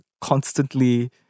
constantly